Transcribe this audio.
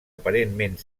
aparentment